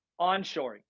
onshoring